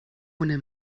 ohne